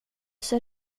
ser